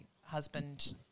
husband